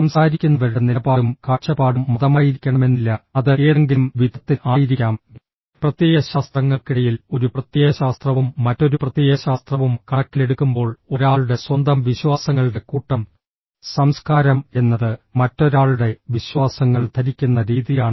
സംസാരിക്കുന്നവരുടെ നിലപാടും കാഴ്ചപ്പാടും മതമായിരിക്കണമെന്നില്ല അത് ഏതെങ്കിലും വിധത്തിൽ ആയിരിക്കാം പ്രത്യയശാസ്ത്രങ്ങൾക്കിടയിൽ ഒരു പ്രത്യയശാസ്ത്രവും മറ്റൊരു പ്രത്യയശാസ്ത്രവും കണക്കിലെടുക്കുമ്പോൾ ഒരാളുടെ സ്വന്തം വിശ്വാസങ്ങളുടെ കൂട്ടം സംസ്കാരം എന്നത് മറ്റൊരാളുടെ വിശ്വാസങ്ങൾ ധരിക്കുന്ന രീതിയാണ്